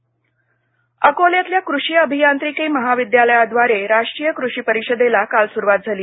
कृषी परिषद अकोल्यातल्या कृषि अभियांत्रिकी महाविद्यालयाद्वारे राष्ट्रीय कृषी परिषदेला काल सुरवात झाली